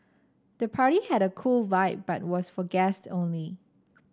the party had a cool vibe but was for guests only